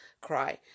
cry